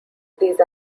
these